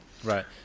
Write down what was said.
Right